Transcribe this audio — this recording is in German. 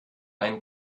ein